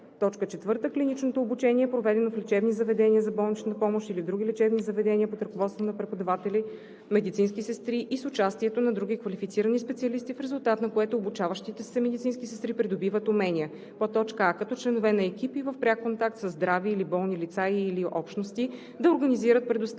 така: „4. клиничното обучение е проведено в лечебни заведения за болнична помощ или в други лечебни заведения под ръководството на преподаватели медицински сестри и с участието на други квалифицирани специалисти, в резултат на което обучаващите се медицински сестри придобиват умения: а) като членове на екип и в пряк контакт със здрави или болни лица и/или общности, да организират, предоставят